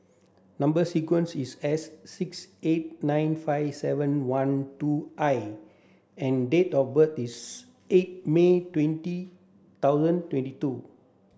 number sequence is S six eight nine five seven one two I and date of birth is eight May twenty thousand twenty two